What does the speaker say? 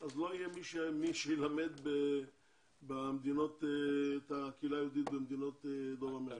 אז לא יהיה מי שילמד את הקהילה היהודית בדרום אמריקה.